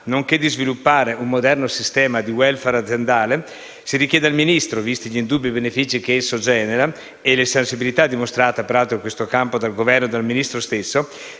nonché di sviluppare un moderno sistema di *welfare* aziendale, si richiede al Ministro, visti gli indubbi benefici che esso genera e la sensibilità dimostrata in questo campo dal Governo e dal Ministro stesso,